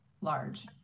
large